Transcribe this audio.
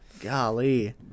Golly